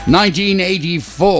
1984